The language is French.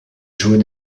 jouait